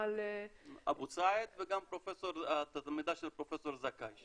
אמאל אבו סעד וגם תלמידה של פרופ' זכאי.